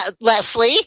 Leslie